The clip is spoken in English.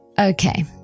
okay